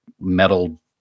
metal